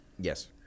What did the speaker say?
Yes